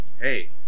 hey